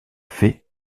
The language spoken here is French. fait